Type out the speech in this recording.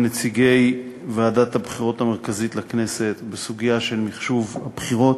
נציגי ועדת הבחירות המרכזית לכנסת בסוגיה של מחשוב הבחירות,